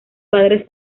padres